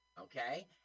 Okay